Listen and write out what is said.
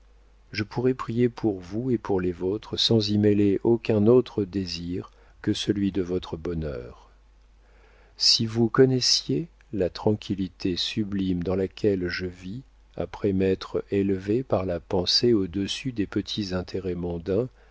je pourrai prier pour vous et pour les vôtres sans y mêler aucun autre désir que celui de votre bonheur si vous connaissiez la tranquillité sublime dans laquelle je vis après m'être élevée par la pensée au-dessus des petits intérêts mondains